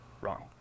Wrong